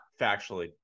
factually